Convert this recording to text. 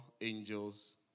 angels